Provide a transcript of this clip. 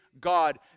god